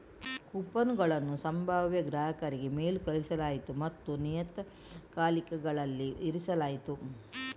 ಕೂಪನುಗಳನ್ನು ಸಂಭಾವ್ಯ ಗ್ರಾಹಕರಿಗೆ ಮೇಲ್ ಕಳುಹಿಸಲಾಯಿತು ಮತ್ತು ನಿಯತಕಾಲಿಕೆಗಳಲ್ಲಿ ಇರಿಸಲಾಯಿತು